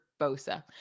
Bosa